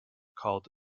called